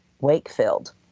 Wakefield